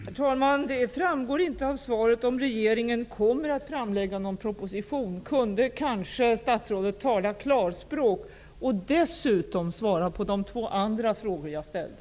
Herr talman! Det framgår inte av svaret om regeringen kommer att framlägga någon proposition. Kan statsrådet tala klarspråk och dessutom svara på de två andra frågor som jag ställde?